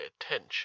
attention